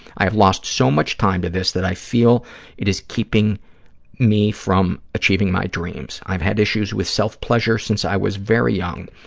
i have lost so much time to this that i feel it is keeping me from achieving my dreams. i've had issues with self-pleasure since i was very young.